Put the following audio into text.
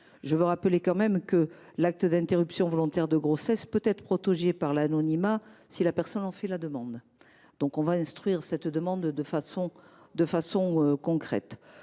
de même rappeler que l’acte d’interruption volontaire de grossesse peut être protégé par l’anonymat si la personne en fait la demande. Nous allons instruire cette demande de façon concrète.